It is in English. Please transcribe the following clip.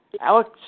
Alex